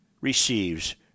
receives